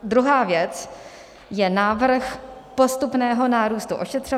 Druhá věc je návrh postupného nárůstu ošetřovného.